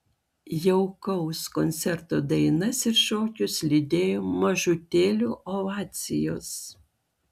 jaukaus koncerto dainas ir šokius lydėjo mažutėlių ovacijos